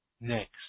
Next